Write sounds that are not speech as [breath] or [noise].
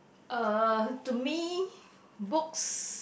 uh to me [breath] books